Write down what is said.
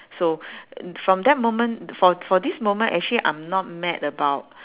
so from that moment for for this moment actually I'm not mad about